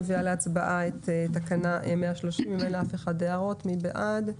נביא להצבעה את תקנה מספר 130. מי בעד?